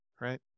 right